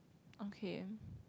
okay